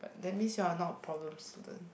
that means you're not a problem student